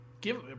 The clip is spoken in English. give –